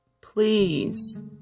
please